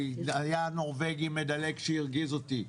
היה נורבגי מדלג שהרגיז אותי,